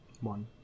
one